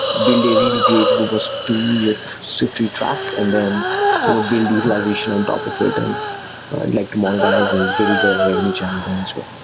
build a really great robust tool at siftery track and then you know build utilization on top of it and like to monetize and build a revenue channel there as well.